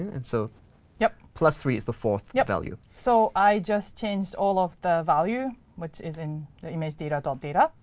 and so yeah plus three is the fourth yeah value. mariko so i just changed all of the value which is in the image data dot data,